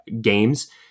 games